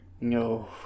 No